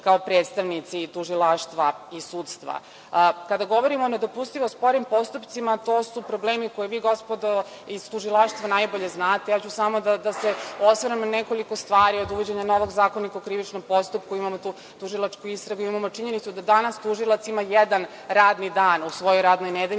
kao predstavnici tužilaštva i sudstva. Kada govorimo o nedopustivo sporim postupcima, to su problemi koje vi, gospodo, iz tužilaštva najbolje znate. Ja ću samo da se osvrnem na nekoliko stvari. Od uvođenja novog Zakonika o krivičnom postupku imamo tužilačku istragu, imamo činjenicu da danas tužilac ima jedan radni dan u svojoj radnoj nedelji